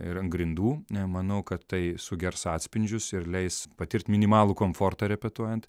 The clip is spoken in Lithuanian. ir ant grindų manau kad tai sugers atspindžius ir leis patirt minimalų komfortą repetuojant